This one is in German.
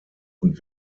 und